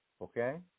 Okay